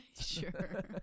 sure